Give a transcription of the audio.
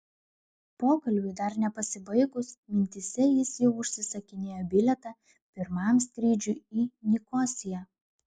pokalbiui dar nepasibaigus mintyse jis jau užsisakinėjo bilietą pirmam skrydžiui į nikosiją